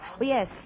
yes